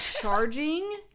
charging